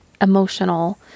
emotional